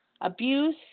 abuse